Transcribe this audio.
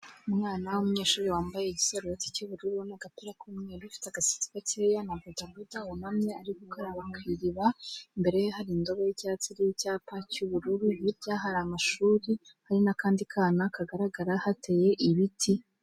Umwana w'umunyeshuri wambaye igisarubeti cy'ubururu n'agatera k'umweru, afite agashyitsi gakeya na bodaboda, wunamye ari gukara ku iriba, imbere ye hari indobo y'icyatsi iriho icyapa cy'ubururu, birya hari amashuri, hari n'akandi kana kagaragara, hateye ibiti.